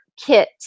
kit